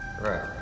Right